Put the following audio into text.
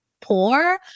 poor